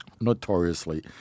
notoriously